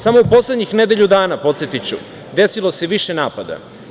Samo u poslednjih nedelju dana, podsetiću, desilo se više napada.